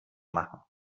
machen